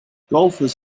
golfers